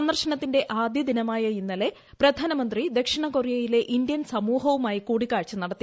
സന്ദർശനത്തിന്റെ ആദ്യ ദിനമായ ഇന്നലെ പ്രധാനമന്ത്രി ദക്ഷിണ കൊറിയയിലെ ഇന്ത്യൻ സമൂഹവുമായി കൂടിക്കാഴ്ച നടത്തി